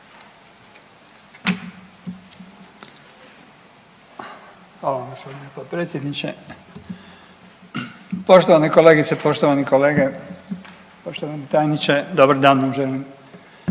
Hvala vam gospodine potpredsjedniče. Poštovane kolegice, poštovani kolege, poštovani tajniče dobar dan vam